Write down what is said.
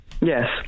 Yes